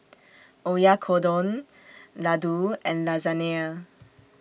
Oyakodon Ladoo and Lasagne